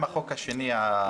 החוק הזה הוא